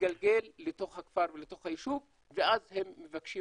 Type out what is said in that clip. מתגלגל לתוך הכפר ולתוך היישוב ואז הם מבקשים